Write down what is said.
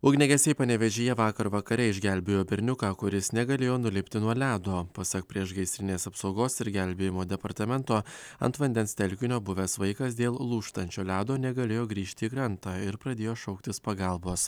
ugniagesiai panevėžyje vakar vakare išgelbėjo berniuką kuris negalėjo nulipti nuo ledo pasak priešgaisrinės apsaugos ir gelbėjimo departamento ant vandens telkinio buvęs vaikas dėl lūžtančio ledo negalėjo grįžti į krantą ir pradėjo šauktis pagalbos